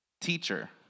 teacher